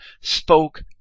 spoke